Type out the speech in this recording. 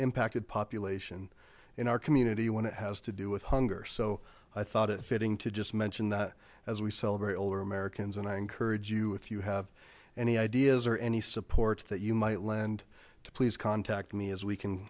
impacted population in our community when it has to do with hunger so i thought it fitting to just mention that as we celebrate older americans and i encourage you if you have any ideas or any support that you might lend to please contact me as we can